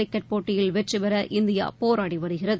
cricket போட்டியில் வெற்றிபெற India போராடி வருகிறது